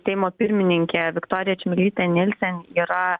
seimo pirmininkė viktorija čmilytė nylsen yra